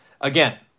again